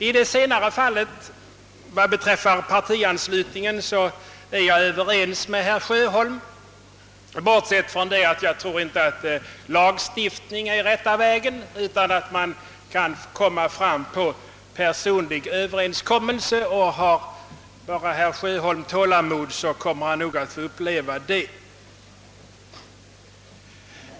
I det senare fallet -— alltså vad beträffar partianslutningen — är jag överens med herr Sjöholm, bortsett från att jag inte tror att lagstiftning är rätta vä gen. Man kan komma fram genom personlig överenskommelse. Och har herr Sjöholm bara tålamod kommer han nog att få uppleva detta.